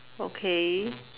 okay